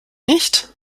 nicht